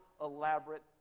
elaborate